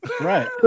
Right